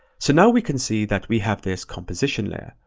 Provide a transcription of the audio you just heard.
so now we can see that we have this composition layer,